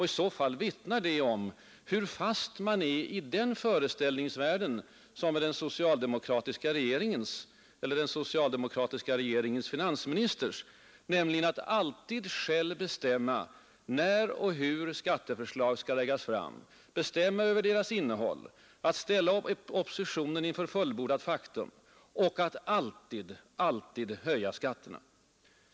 I så fall vittnar det om hur fast han är i den föreställningsvärld som är den socialdemokratiska regeringens — eller den socialdemokratiska regeringens finansministers — och som föranleder honom att utgå ifrån att det alltid är han själv som bestämmer när och hur skatteförslag skall läggas fram, över deras innehåll, att han alltid skall ställa oppositionen inför fullbordat faktum och att alltid höja skatterna.